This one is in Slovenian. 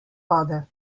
vode